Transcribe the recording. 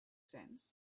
sense